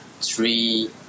three